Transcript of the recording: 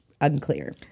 unclear